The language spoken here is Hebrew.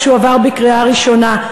בקריאה ראשונה.